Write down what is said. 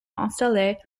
installé